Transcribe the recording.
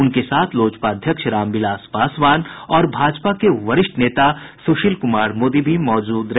उनके साथ लोजपा अध्यक्ष रामविलास पासवान और भाजपा के वरिष्ठ नेता सुशील कुमार मोदी भी मौजूद रहे